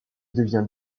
devint